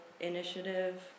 initiative